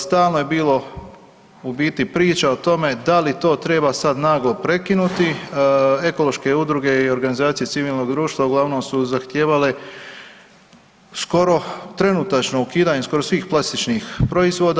Stalno je bilo u biti priča o tome da li to treba sad naglo prekinuti, ekološke udruge i organizacije civilnog društva uglavnom su zahtijevale skoro trenutačno ukidanje skoro svih plastičnih proizvoda.